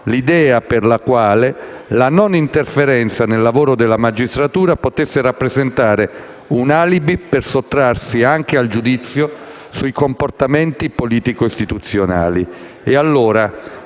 l'idea per la quale la non interferenza nel lavoro della magistratura potesse rappresentare un alibi per sottrarsi anche al giudizio sui comportamenti politico-istituzionali.